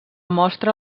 mostra